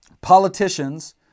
politicians